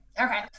okay